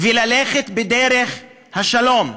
וללכת בדרך השלום.